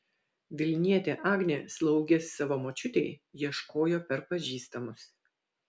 vilnietė agnė slaugės savo močiutei ieškojo per pažįstamus